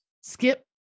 skip